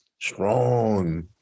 Strong